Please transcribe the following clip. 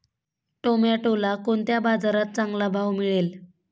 टोमॅटोला कोणत्या बाजारात चांगला भाव मिळेल?